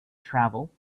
travel